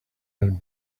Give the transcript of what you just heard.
had